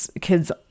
kids